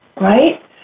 right